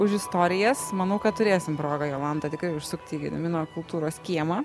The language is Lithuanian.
už istorijas manau kad turėsim progą jolanta tikrai užsukt į gedimino kultūros kiemą